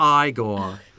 Igor